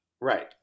Right